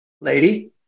lady